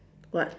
what